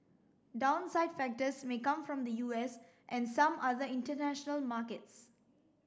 downside factors may come from the U S and some other international markets